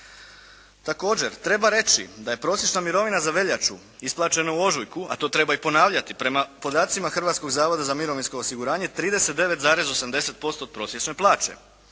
Također treba reći da je prosječna mirovina za veljaču isplaćena u ožujku, a to treba i ponavljati prema podacima Hrvatskog zavoda za mirovinsko osiguranje 39,80% od prosječne plaće